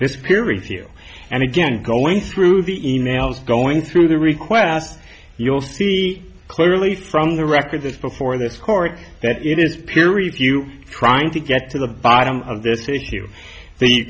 this peer review and again going through the e mails going through the requests you'll see clearly from the records before this court that it is peer review trying to get to the bottom of this issue the